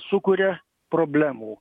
sukuria problemų